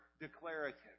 declarative